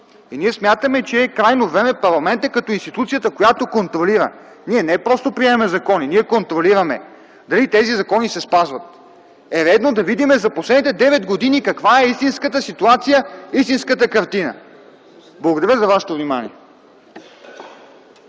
И ние смятаме, че е крайно време парламентът, като институцията, която контролира, ние не просто приемаме закони, ние контролираме дали тези закони се спазват, е редно да видим за последните девет години каква е истинската ситуация, истинската картина. Благодаря за вашето внимание.